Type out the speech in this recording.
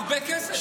הרבה כסף.